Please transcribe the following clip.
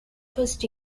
first